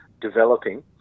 developing